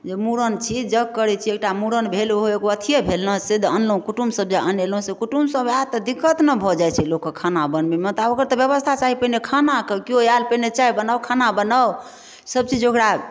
जे मुड़न छी जग करैत छी एकटा मुड़न भेल ओहो एगो अथिये भेल ने से अनलहुँ कुटुम्ब सब जे अनेलहुँ से कुटुम्ब सब आएत तऽ दिक्कत नहि भऽ जाइत छै लोककेँ खाना बनबैमे तऽ आब ओकर तऽ व्यवस्था चाही खाना कऽ केओ आएल पहिने चाय बनाउ खाना बनाउ सबचीज ओकरा